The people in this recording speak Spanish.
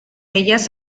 ellas